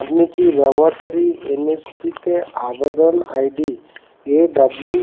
আপনি কি ব্যবহারকারী এন এস পিতে আবেদন আইডি এ ডাব্লু